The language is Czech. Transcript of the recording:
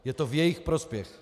Je to v jejich prospěch.